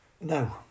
No